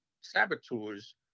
saboteurs